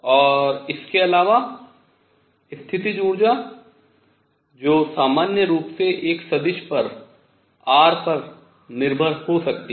और इसके अलावा स्थितिज ऊर्जा जो सामान्य रूप से एक सदिश पर r पर निर्भर हो सकती है